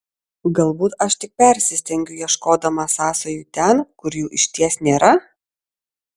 galbūt aš tik persistengiu ieškodama sąsajų ten kur jų išties nėra